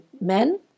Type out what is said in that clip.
men